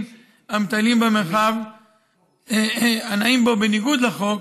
המטיילים במרחב ונעים בו בניגוד לחוק,